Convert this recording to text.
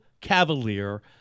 cavalier